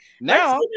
Now